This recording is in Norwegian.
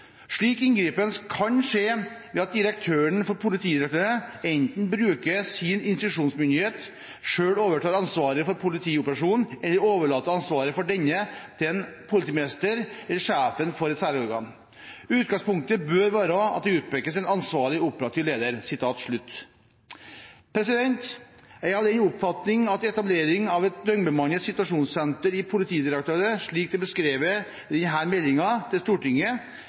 Slik inngripen kan skje ved at direktøren for Politidirektoratet enten bruker sin instruksjonsmyndighet, selv overtar ansvaret for politioperasjonen, eller overlater ansvaret for denne til en annen politimester eller sjefen for et særorgan. Utgangspunktet bør være at det utpekes en ansvarlig operativ leder.» Jeg er av den oppfatning at etablering av et døgnbemannet situasjonssenter i Politidirektoratet, slik det er beskrevet i denne meldingen til Stortinget